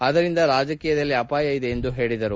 ಅದರಿಂದ ರಾಜಕೀಯದಲ್ಲಿ ಅಪಾಯ ಇದೆ ಎಂದು ಹೇಳಿದರು